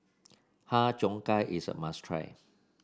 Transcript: Har Cheong Gai is a must try